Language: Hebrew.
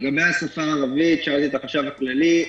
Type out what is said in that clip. לגבי השפה הערבית, שאלתי את החשב הכללי.